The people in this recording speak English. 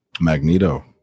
Magneto